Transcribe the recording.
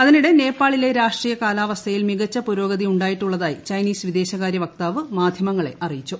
അതിനിടെ നേപ്പാളിലെ രാഷ്ട്രീയ കാലാവസ്ഥയിൽ മികച്ച പുരോഗതി ഉണ്ട്ായിട്ടുള്ളതായി ചൈനീസ് വിദേശകാര്യ വക്താവ് മാധ്യമങ്ങളെ അറിയിച്ചു